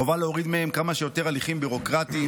חובה להוריד מהם כמה שיותר הליכים ביורוקרטיים.